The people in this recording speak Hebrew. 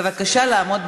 בבקשה לעמוד בזמנים.